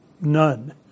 None